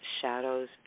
shadows